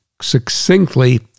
succinctly